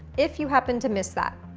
if you happened to miss that.